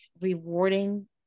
rewarding